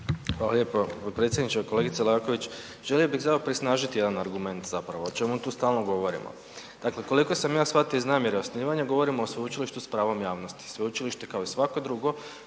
Hvala lijepo potpredsjedniče. Kolegice Leaković, želio bi samo prisnažiti jedan argument zapravo, o čemu tu stalno govorimo. Dakle, koliko sam ja shvatio iz namjere osnivanja, govorimo o sveučilištu s pravom javnosti, sveučilište kao i svako drugo